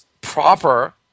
proper